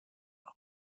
خوب